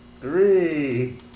three